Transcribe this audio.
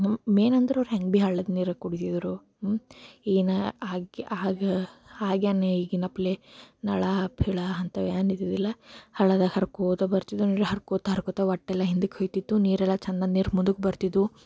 main ಅಂದ್ರೆ ಅವ್ರು ಹೆಂಗೆ ಭೀ ಹಳ್ಳದ ನೀರು ಕುಡೀತಿದ್ರು ಏನೂ ಆಗ್ಯ ಆಗ ಆಗ್ಯಾನ ಈಗಿನಪ್ಲೆ ನಳಾ ಪಿಳಾ ಅಂತವ ಏನು ಇದ್ದಿದ್ದಿಲ್ಲ ಹಳ್ಳದಾಗ ಹರ್ಕೊಳ್ತಾ ಹರ್ಕೊಳ್ತಾ ಹರ್ಕೊಳ್ತಾ ಒಟ್ಟು ಎಲ್ಲ ಹಿಂದಕ್ಕೆ ಹೋಗ್ತಿತ್ತು ನೀರೆಲ್ಲ ಚೆಂದದ ನೀರು ಮುಂದಕ್ಕೆ ಬರ್ತಿದ್ವು